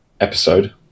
episode